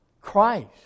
Christ